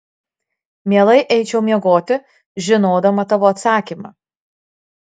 mielai eičiau miegoti žinodama tavo atsakymą